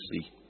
see